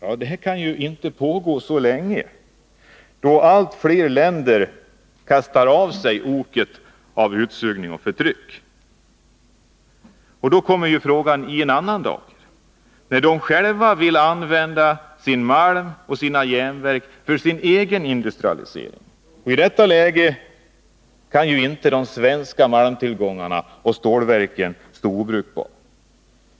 Men detta kan inte pågå så länge, eftersom allt fler länder kastar av sig oket av utsugning och förtryck. Det hela kommer i en annan dager när dessa länder själva vill använda sin malm och sina järnverk för sin egen industrialisering. I detta läge kan inte de svenska malmtillgångarna och stålverken stå obrukbara.